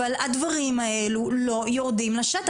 אבל הדברים האלה לא יורדים לשטח.